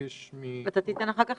הראשון --- אתה תיתן אחר כך